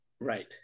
right